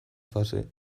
fase